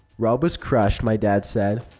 rob was crushed, my dad said.